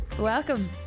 welcome